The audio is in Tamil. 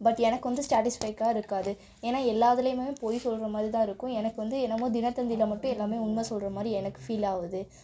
பட் எனக்கு வந்து ஸ்டாடிஸ்பைக்காக அது இருக்காது ஏன்னால் எல்லா இதிலையுமே பொய் சொல்கிற மாதிரிதான் இருக்கும் எனக்கு வந்து என்னமோ தினத்தந்தியில் மட்டும் எல்லாமே உண்மை சொல்கிற மாதிரி எனக்கு ஃபீல் ஆகுது